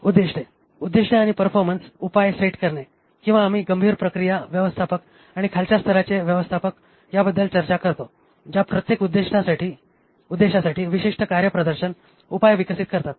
उद्दीष्टे उद्दीष्टे आणि परफॉरमन्स उपाय सेट करणे किंवा आम्ही गंभीर प्रक्रिया व्यवस्थापक आणि खालच्या स्तराचे व्यवस्थापक याबद्दल चर्चा करतो ज्या प्रत्येक उद्देशासाठी विशिष्ट कार्यप्रदर्शन उपाय विकसित करतात